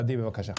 עדי, בבקשה.